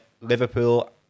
Liverpool